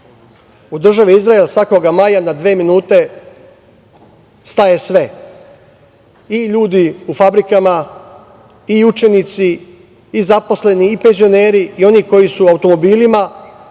državi Izrael svakoga maja na dve minute staje sve i ljudi u fabrikama i učenici i zaposleni i penzioneri i on koji su automobilima